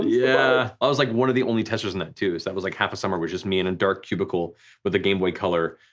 yeah, i was like one of the only testers in that too, so that was like half a summer was just me in a dark cubicle with a game boy color,